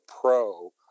Pro